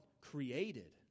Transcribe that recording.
created